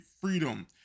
freedom